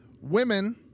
women